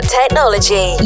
technology